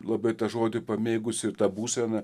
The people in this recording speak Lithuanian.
labai tą žodį pamėgusi ir tą būseną